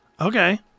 Okay